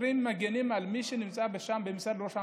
השוטרים מגינים על מי שנמצא שם, במשרד ראש הממשלה,